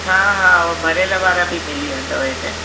हा हा उहो भरियल वारा बि मिली वेंदव हिते